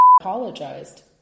apologized